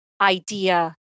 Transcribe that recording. idea